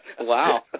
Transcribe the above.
Wow